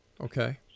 Okay